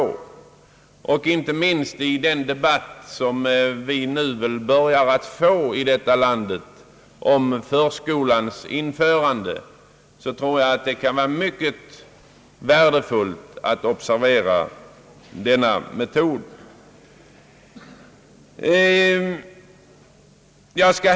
Inte minst i den debatt, som vi nu väl börjar få i detta land om förskolans införande, tror jag att det kan vara mycket värdefullt att observera denna metod som där prövas.